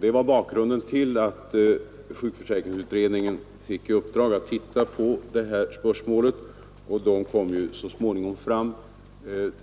Det var bakgrunden till att sjukförsäkringsutredningen fick i uppdrag att titta på det här spörsmålet, och den kom så småningom fram